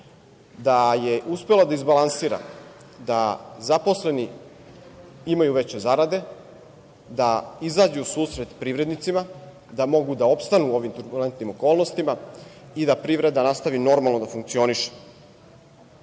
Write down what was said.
da je uspela da izblansira, da zaposleni imaju veće zarade, da izađu u susret privrednicima, da mogu da opstanu u ovim turbulentnim okolnostima i da privreda nastavi da normalno funkcioniše.